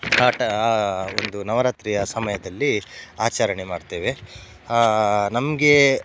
ಆಟ ಆ ಒಂದು ನವರಾತ್ರಿಯ ಸಮಯದಲ್ಲಿ ಆಚರಣೆ ಮಾಡ್ತೇವೆ ನಮಗೆ